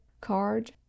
card